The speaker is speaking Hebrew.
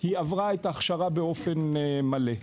היא עברה את ההכשרה באופן מלא.